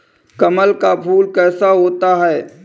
कमल का फूल कैसा होता है?